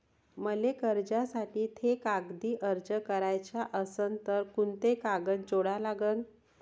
मले कर्जासाठी थे कागदी अर्ज कराचा असन तर कुंते कागद जोडा लागन?